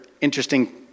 interesting